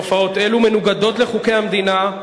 תופעות אלו מנוגדות לחוקי המדינה,